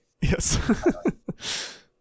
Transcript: Yes